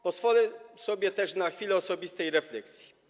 Pozwolę sobie też na chwilę osobistej refleksji.